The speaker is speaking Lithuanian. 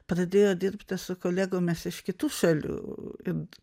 pradėjo dirbti su kolegomis iš kitų šalių imt